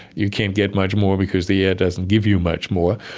you can't get much more because the air doesn't give you much more.